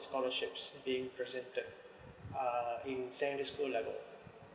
scholarship being presented uh in secondary school level